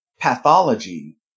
pathology